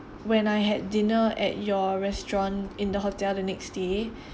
when I had dinner at your restaurant in the hotel the next day